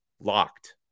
LOCKED